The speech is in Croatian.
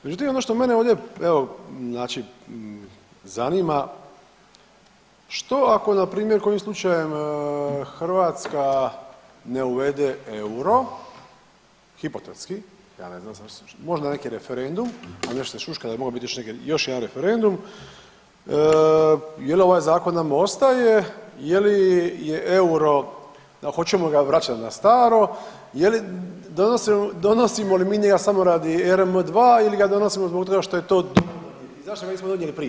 Međutim, ono što mene ovdje evo znači zanima što ako npr. kojim slučajem Hrvatska ne uvede euro, hipotetski ja ne znam, možda neki referendum, ali nešto se šuška da bi mogao biti još jedan referendum, je li ovaj zakon nama ostaje, je li je euro hoćemo ga vraćat na staro, je li donosimo li mi njega samo radi RM2 ili ga donosimo zbog toga što je to … i zašto nismo donijeli prije?